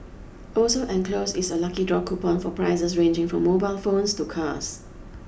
also enclosed is a lucky draw coupon for prizes ranging from mobile phones to cars